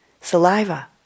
saliva